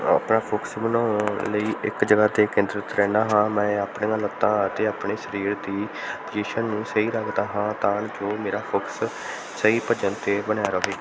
ਆਪਣਾ ਫ਼ੋਕਸ ਬਣਾਉਣ ਲਈ ਇੱਕ ਜਗ੍ਹਾ ਤੇ ਕੇਂਦਰਿਤ ਰਹਿੰਦਾ ਹਾਂ ਮੈਂ ਆਪਣੀਆਂ ਲੱਤਾਂ ਅਤੇ ਆਪਣੇ ਸਰੀਰ ਦੀ ਪੁਜੀਸ਼ਨ ਨੂੰ ਸਹੀ ਰੱਖਦਾ ਹਾਂ ਤਾਂ ਜੋ ਮੇਰਾ ਫ਼ੋਕਸ ਸਹੀ ਭੱਜਣ 'ਤੇ ਬਣਿਆ ਰਹੇ